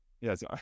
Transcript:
Yes